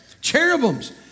Cherubims